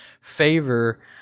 favor